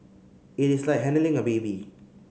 it is like handling a baby